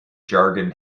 jargon